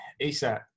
ASAP